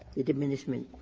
the diminishment.